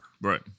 Right